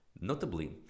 Notably